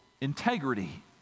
integrity